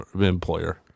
employer